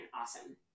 awesome